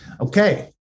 Okay